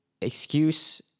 excuse